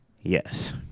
yes